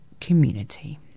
community